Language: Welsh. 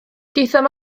daethom